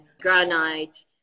granite